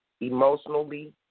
emotionally